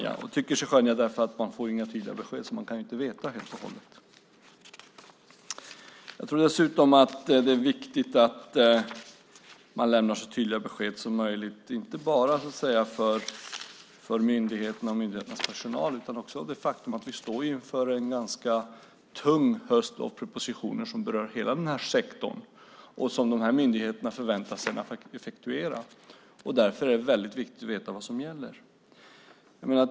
Jag säger "tycker oss skönja" eftersom vi inte får några tydliga besked och därför inte riktigt kan veta hur det blir. Det är viktigt att man lämnar så tydliga besked som möjligt, inte bara för myndigheternas och deras personals skull utan också beroende på att vi står inför en ganska tung höst av propositioner som berör hela denna sektor och som dessa myndigheter sedan förväntas effektuera. Därför är det viktigt att veta vad som gäller.